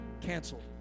Canceled